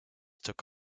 took